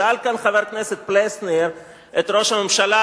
שאל כאן חבר הכנסת פלסנר את ראש הממשלה,